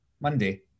Monday